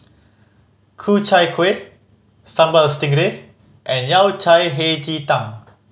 Ku Chai Kuih Sambal Stingray and Yao Cai Hei Ji Tang